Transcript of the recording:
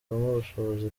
ubushobozi